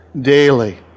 daily